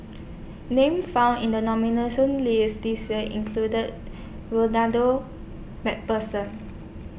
Names found in The list This Year included Ronald MacPherson